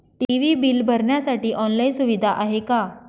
TV bill भरण्यासाठी online सुविधा आहे का?